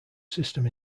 system